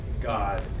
God